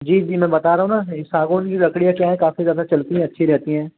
जी जी मैं बता रहा हूँ ना ये सागवान की लकड़ियाँ क्या है काफ़ी ज़्यादा चलती हैं अच्छी रहती हैं